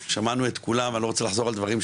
בלי להתייחס לתרבות,